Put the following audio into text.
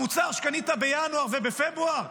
המוצר שקנית בינואר ובפברואר,